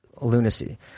lunacy